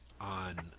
on